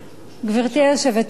גברתי היושבת-ראש,